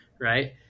Right